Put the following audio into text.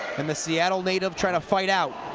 and the seattle native trying to fight out